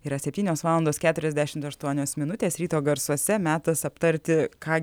yra septynios valandos keturiasdešimt aštuonios minutės ryto garsuose metas aptarti ką